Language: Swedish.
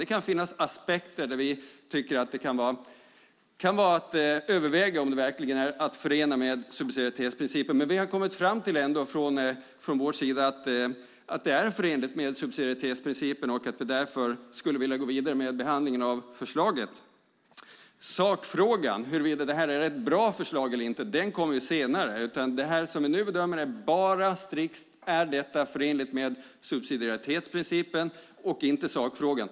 Det kan finnas aspekter där vi tycker att det kan vara att överväga om det verkligen är förenligt med subsidiaritetsprincipen, men vi har ändå från vår sida kommit fram till att det är förenligt med subsidiaritetsprincipen och att vi därför skulle vilja gå vidare med behandlingen av förslaget. Sakfrågan om huruvida detta är ett bra förslag eller inte kommer senare. Det som vi nu bedömer är bara strikt om detta är förenligt med subsidiaritetsprincipen, inte sakfrågan.